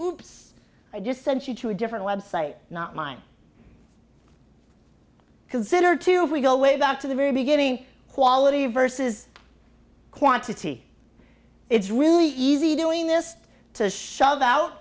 i just sent you to a different website not mine consider too if we go way back to the very beginning quality versus quantity it's really easy doing this to shove out